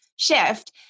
shift